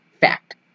Fact